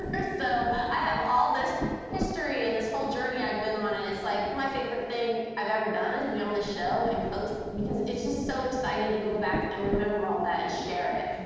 so i have all this history and this whole journey i've been on, and it's, like, my favorite thing i've ever done is be on this show and coach, because it's just so exciting to go back and remember all that and share it.